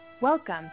Welcome